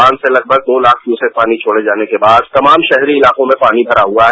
बांध से लगभग दो लाख क्यूसेक पानी छोड़े जाने के बाद तमाम शहरी इलाकों में पानी भरा हुआ है